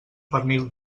pernil